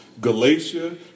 Galatia